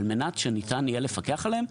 על מנת שניתן יהיה לפקח עליהם.